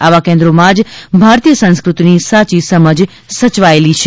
આવા કેન્દ્રોમાં જ ભારતીય સંસ્કૃતિની સાચી સમજ સયવાયેલી છે